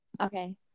Okay